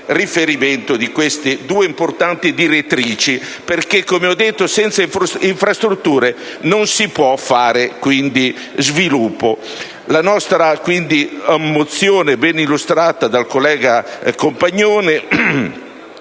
riferimento di queste due importanti direttrici. Come ho già detto, infatti, senza infrastrutture non si può fare sviluppo. La nostra mozione, ben illustrata dal collega Compagnone,